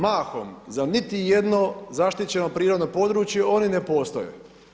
Mahom za niti jedno zaštićeno prirodno područje oni ne postoje.